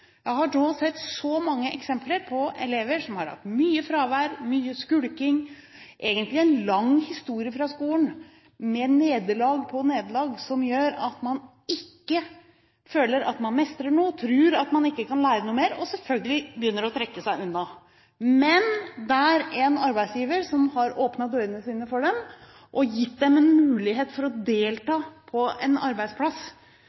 Jeg har til nå sett så mange eksempler på elever som har hatt mye fravær, mye skulking, som egentlig har hatt en lang historie fra skolen med nederlag på nederlag som gjør at man ikke føler at man mestrer noe, tror at man ikke kan lære noe mer, og selvfølgelig begynner å trekke seg unna, men der en arbeidsgiver har åpnet dørene sine for dem og gitt dem en mulighet for å